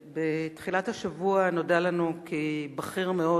בתחילת השבוע נודע לנו כי בכיר מאוד